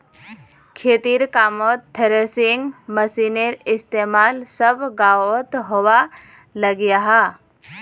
खेतिर कामोत थ्रेसिंग मशिनेर इस्तेमाल सब गाओंत होवा लग्याहा